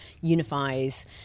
unifies